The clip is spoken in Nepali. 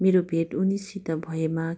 मेरो भेट उनीसित भएमा